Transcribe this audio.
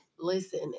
Listen